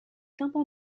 tympan